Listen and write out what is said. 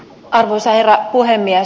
arvoisa herra puhemies